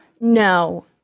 No